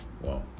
wow